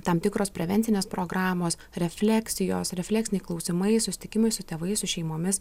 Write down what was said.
tam tikros prevencinės programos refleksijos refleksiniai klausimai susitikimai su tėvais su šeimomis